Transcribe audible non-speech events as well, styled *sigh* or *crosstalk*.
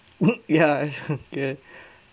*noise* ya *laughs* is good